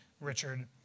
Richard